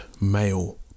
male